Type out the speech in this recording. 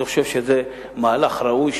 אני חושב שזה מהלך ראוי,